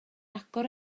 agor